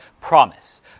promise